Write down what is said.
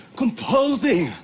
composing